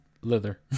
Lither